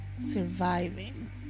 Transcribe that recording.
surviving